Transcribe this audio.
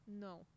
No